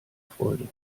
freude